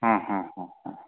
ಹಾಂ ಹಾಂ ಹ್ಞೂ ಹ್ಞೂ ಹ್ಞೂ